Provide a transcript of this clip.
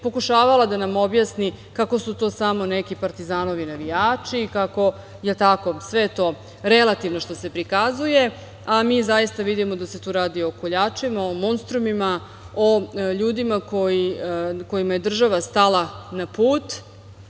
pokušavala da nam objasni kako su to samo neki „Partizanovi“ navijači, kako je to sve relativno što se prikazuje, a mi zaista vidimo da se tu radi o koljačima, o monstrumima, o ljudima kojima je država stala na put. Sve